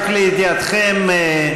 רק לידיעתכם,